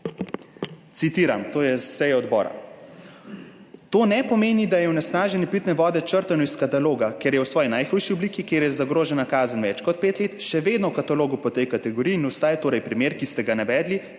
Citiram, to je s seje odbora: »To ne pomeni, da je onesnaženje pitne vode črtano iz kataloga, ker je v svoji najhujši obliki, kjer je zagrožena kazen več kot pet let, še vedno v katalogu po tej kategoriji in ostaja. Torej primer, ki ste ga navedli,